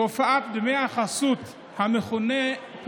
תזמין אותו לכוס קפה